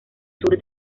sur